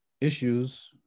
issues